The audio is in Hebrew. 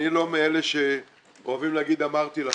אני לא מאלה שאוהבים להגיד "אמרתי לכם".